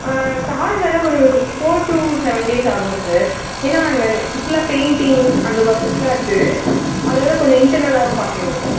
ஆ car ர ஒரு four to seven days ஆகும் சார் ஏன்னால் நாங்கள் ஃபுல்லா பெயின்டிங் அந்த ஒர்க்ஸ்லாம் இருக்குது அதை விட கொஞ்சம் இன்டர்னல்லாவும் பார்க்க வேண்டியதிருக்கு